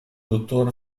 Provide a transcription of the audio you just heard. dottor